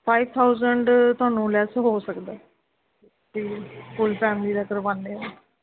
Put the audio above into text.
five thousand ਤੁਹਾਨੂੰ less ਹੋ ਸਕਦਾ ਅਤੇ ਫੁੱਲ ਫੈਮਲੀ ਦਾ ਕਰਵਾਉਂਦੇ ਹੋ